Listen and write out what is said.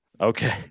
Okay